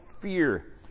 fear